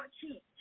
cheap